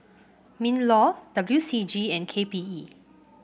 Minlaw W C G and K P E